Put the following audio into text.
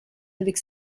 avec